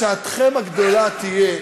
שעתכם הגדולה תהיה,